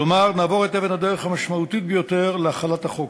כלומר נעבור את אבן הדרך המשמעותית ביותר להחלת החוק.